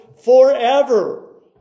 forever